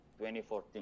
2014